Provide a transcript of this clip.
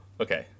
Okay